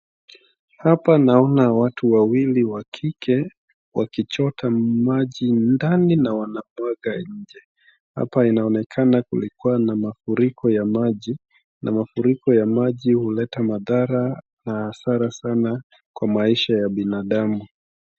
Hapa naona watu wawili wa kike wakichota maji ndani na wanamwaga nje. Hapa inaoneana kulikuwa na mafuriko ya maji, na mafuriko ya maji huleta madhara na hasara sana kwa maisha ya binadamu.